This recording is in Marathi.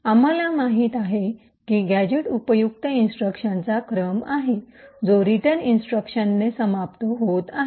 आम्हाला माहित आहे की गॅझेट उपयुक्त इंस्ट्रक्शनचा क्रम आहे जो रिटर्न इंस्ट्रक्शनने समाप्त होत आहे